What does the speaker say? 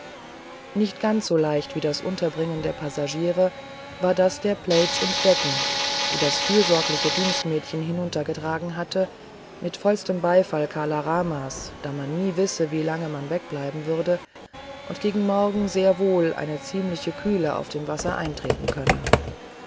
nicht ganz so leicht wie das unterbringen der passagiere war das der plaids und decken die das fürsorgliche dienstmädchen hinuntergetragen hatte mit vollstem beifall kala ramas da man nie wisse wie lange man wegbleiben würde und gegen morgen sehr wohl eine ziemliche kühle auf dem wasser eintreten könne